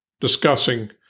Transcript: discussing